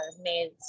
made